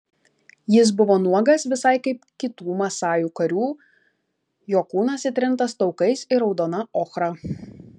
jis buvo nuogas visai kaip kitų masajų karių jo kūnas įtrintas taukais ir raudona ochra